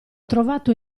trovato